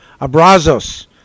abrazos